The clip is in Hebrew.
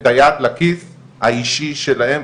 את היד לכיס האישי שלהם,